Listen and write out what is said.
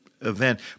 event